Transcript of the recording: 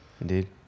indeed